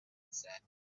said